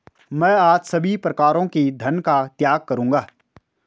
मैं आज सभी प्रकारों के धन का त्याग करूंगा